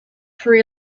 for